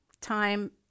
time